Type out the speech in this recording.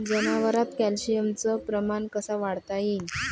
जनावरात कॅल्शियमचं प्रमान कस वाढवता येईन?